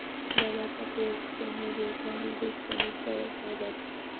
dollar का प्रयोग Spain में भी होता है जिसे स्पेनिश डॉलर कहा जाता है